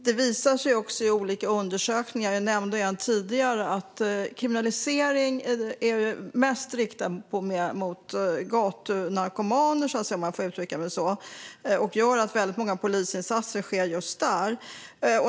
Det visar sig i olika undersökningar - jag nämnde en tidigare - att kriminalisering är mest riktad mot gatunarkomaner, om jag får uttrycka mig så. Det gör att väldigt många polisinsatser sker just där.